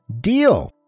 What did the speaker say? deal